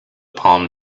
palm